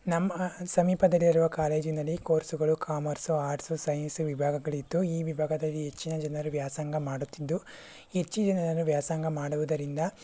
ನಮ್ಮ ಸಮೀಪದಲ್ಲಿರುವ ಕಾಲೇಜಿನಲ್ಲಿ ಕೋರ್ಸುಗಳು ಕಾಮರ್ಸ್ ಆರ್ಟ್ಸ್ ಸೈನ್ಸ್ ವಿಭಾಗಗಳಿದ್ದು ಈ ವಿಭಾಗದಲ್ಲಿ ಹೆಚ್ಚಿನ ಜನರು ವ್ಯಾಸಂಗ ಮಾಡುತ್ತಿದ್ದು ಹೆಚ್ಚು ಜನರು ವ್ಯಾಸಂಗ ಮಾಡುವುದರಿಂದ